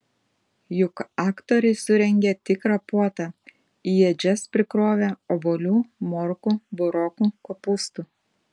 juk aktoriai surengė tikrą puotą į ėdžias prikrovė obuolių morkų burokų kopūstų